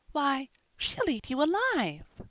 why she'll eat you alive!